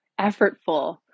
effortful